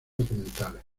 documentales